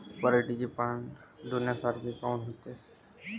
पराटीचे पानं डोन्यासारखे काऊन होते?